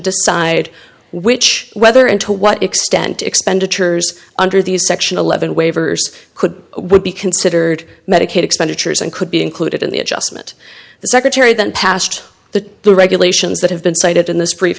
decide which whether and to what extent expenditures under these section eleven waivers could would be considered medicaid expenditures and could be included in the adjustment the secretary then passed the the regulations that have been cited in this brief